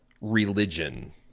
religion